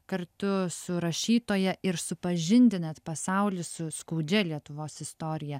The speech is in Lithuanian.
kartu su rašytoja ir supažindinat pasaulį su skaudžia lietuvos istorija